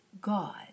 God